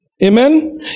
Amen